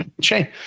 Shane